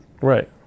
Right